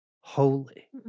holy